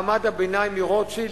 מעמד הביניים מרוטשילד?